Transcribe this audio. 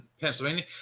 Pennsylvania